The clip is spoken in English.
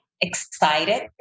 excited